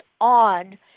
on